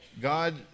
God